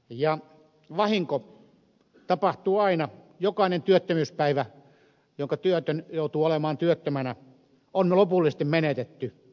ja vahinko tapahtuu aina jokainen työttömyyspäivä jonka työtön joutuu olemaan työttömänä on lopullisesti menetetty